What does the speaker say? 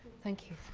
thank you.